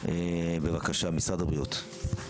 בבקשה, משרד הבריאות.